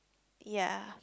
ya